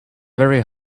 very